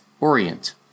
Orient